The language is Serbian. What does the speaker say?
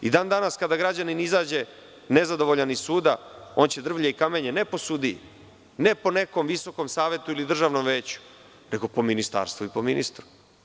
I dan danas kada građanin izađe, nezadovoljan iz suda, on će drvlje i kamenje, ne po sudiji, ne po nekom VSS ili Državnom veću, nego po Ministarstvu i ministru.